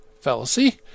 fallacy